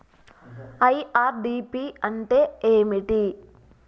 IRDP అంటే ఏమిటి?